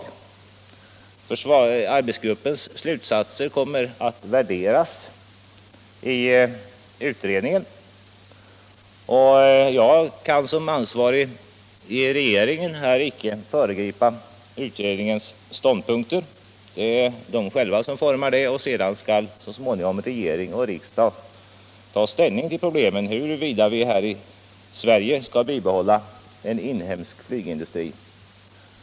Om produktionsin Arbetsgruppens slutsatser kommer att värderas i utredningen. Som an = riktningen vid svarig representant för regeringen kan jag inte föregripa utredningens = försvarsindustrin ståndpunkter, utan utredningen själv har att utforma dessa. Sedan skall så småningom regeringen och riksdagen ta ställning till problemet huruvida Sverige skall upprätthålla en inhemsk flygindustri.